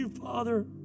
Father